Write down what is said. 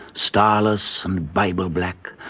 starless and bible-black,